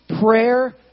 prayer